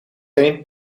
geen